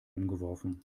umgeworfen